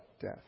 death